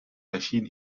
erschien